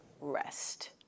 rest